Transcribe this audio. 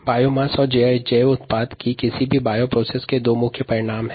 जीवभार और जैव उत्पाद किसी भी जैव प्रक्रिया के दो महत्वपूर्ण परिणाम हैं